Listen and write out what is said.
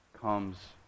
comes